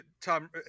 Tom